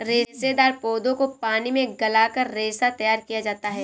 रेशेदार पौधों को पानी में गलाकर रेशा तैयार किया जाता है